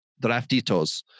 draftitos